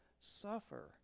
suffer